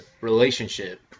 relationship